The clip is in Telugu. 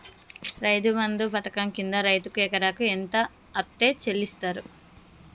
రైతు బంధు పథకం కింద రైతుకు ఎకరాకు ఎంత అత్తే చెల్లిస్తరు?